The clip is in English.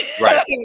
Right